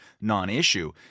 non-issue